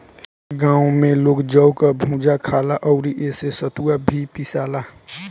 गांव में लोग जौ कअ भुजा खाला अउरी एसे सतुआ भी पिसाला